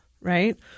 right